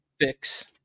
fix